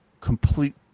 complete